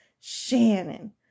Shannon